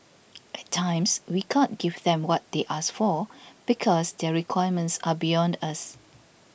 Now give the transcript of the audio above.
at times we can't give them what they ask for because their requirements are beyond us